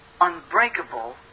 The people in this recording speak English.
unbreakable